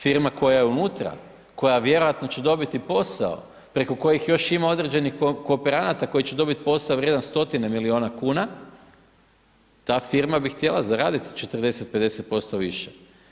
Firma koja je unutra, koja vjerojatno će dobiti posao, preko kojih još ima određenih kooperanta koji će dobiti posao vrijedan 100 milijuna kuna, ta firma bi htjela zaraditi 40, 50% više.